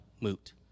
moot